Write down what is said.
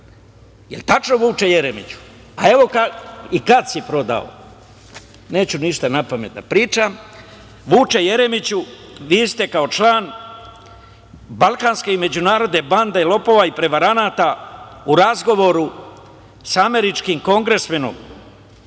li tačno Vuče Jeremiću? Evo i kad si prodao. Neću ništa napamet da pričam. Vuče Jeremiću, vi ste kao član balkanske i međunarodne bande lopova i prevaranata u razgovoru sa američkim kongresmenom